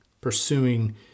pursuing